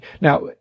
Now